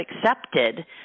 accepted